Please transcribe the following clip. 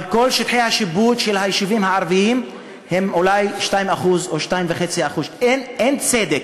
אבל כל שטחי השיפוט של היישובים הערביים הם אולי 2% או 2.5%. אין צדק,